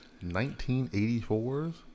1984's